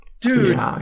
Dude